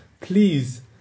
please